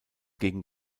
gegen